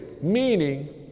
Meaning